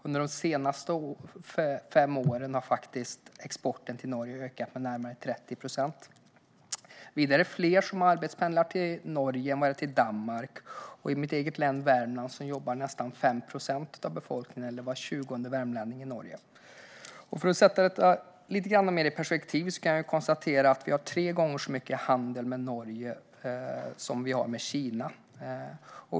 Under de senaste fem åren har exporten till Norge ökat med närmare 30 procent. Vidare är det fler som arbetspendlar till Norge än till Danmark. I mitt eget län Värmland jobbar nästan 5 procent av befolkningen eller var tjugonde värmlänning i Norge. För att sätta detta lite mer i perspektiv kan jag konstatera att vi har tre gånger så mycket handel med Norge som vi har med Kina.